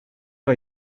for